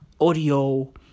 Audio